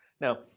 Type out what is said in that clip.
Now